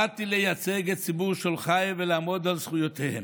באתי לייצג את ציבור שולחיי ולעמוד על זכויותיהם.